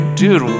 dude